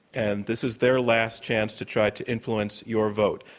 and this is their last chance to try to influence your vote.